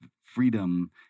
Freedom